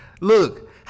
Look